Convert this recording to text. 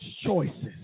choices